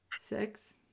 six